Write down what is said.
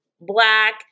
black